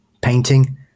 painting